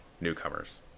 newcomers